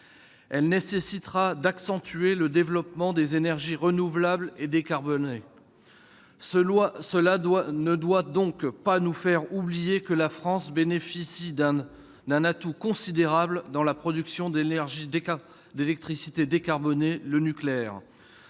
Elle nécessitera d'accentuer le développement des énergies renouvelables et décarbonées. Cela ne doit pas nous faire oublier que la France bénéficie d'un atout considérable dans la production d'électricité décarbonée : le nucléaire,